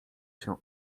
się